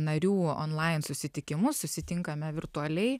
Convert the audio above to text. narių onlain susitikimus susitinkame virtualiai